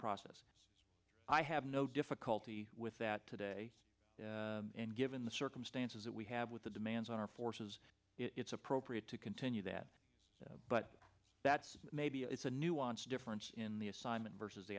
process i have no difficulty with that today and given the circumstances that we have with the demands on our forces it's appropriate to continue that but that's maybe it's a nuance difference in the assignment versus the